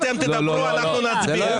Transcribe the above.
אתם תדברו ואנחנו נצביע.